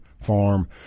Farm